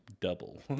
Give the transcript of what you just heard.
Double